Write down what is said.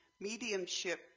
mediumship